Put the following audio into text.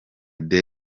the